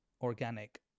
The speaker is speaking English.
organic